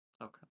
Okay